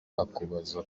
akubaza